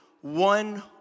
one